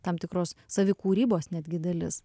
tam tikros savi kūrybos netgi dalis